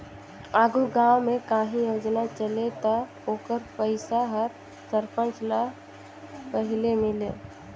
आघु गाँव में काहीं योजना चले ता ओकर पइसा हर सरपंच ल पहिले मिले